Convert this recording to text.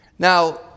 Now